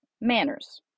Manners